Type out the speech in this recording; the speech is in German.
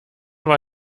war